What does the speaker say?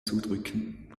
zudrücken